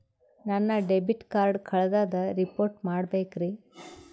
ನನ್ನ debit card ಕಳ್ದದ report ಮಾಡಬೇಕ್ರಿ